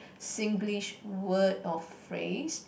Singlish word or phrase